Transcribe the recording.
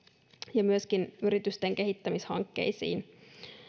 ja myöskin yritysten kehittämishankkeisiin